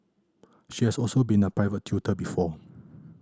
she has also been a private tutor before